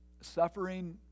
suffering